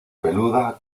peluda